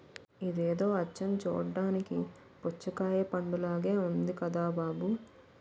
ఇదేదో అచ్చం చూడ్డానికి పుచ్చకాయ పండులాగే ఉంది కదా బాబూ